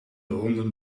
honden